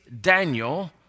Daniel